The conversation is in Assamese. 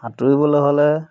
সাঁতুৰিবলৈ হ'লে